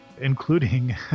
including